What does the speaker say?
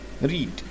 read